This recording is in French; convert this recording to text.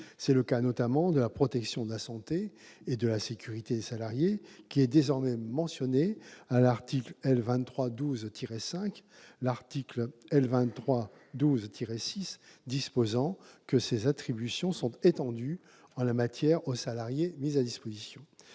C'est le cas notamment de la protection de la santé et de la sécurité des salariés, qui est désormais mentionnée à l'article L. 2312-5, l'article L. 2312-6 disposant que ses attributions sont étendues en la matière aux salariés mis à disposition.